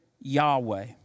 Yahweh